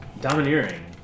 Domineering